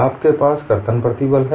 आपके पास कर्तन प्रतिबल है